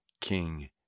King